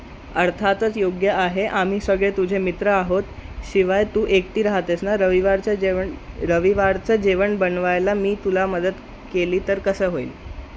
अर्थातच योग्य आहे आम्ही सगळे तुझे मित्र आहोत शिवाय तू एकटी राहतेस ना रविवारचं जेवण रविवारचं जेवण बनवायला मी तुला मदत केली तर कसं होईल